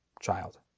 child